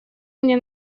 мне